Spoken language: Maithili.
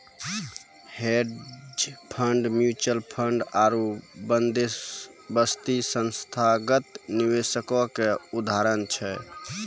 हेज फंड, म्युचुअल फंड आरु बंदोबस्ती संस्थागत निवेशको के उदाहरण छै